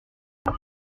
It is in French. rue